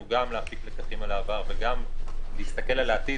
גם להפיק לקחים על העבר וגם להסתכל על העתיד,